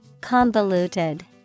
Convoluted